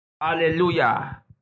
Hallelujah